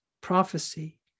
prophecy